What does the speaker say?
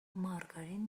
مارگارین